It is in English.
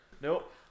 nope